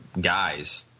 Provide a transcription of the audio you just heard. guys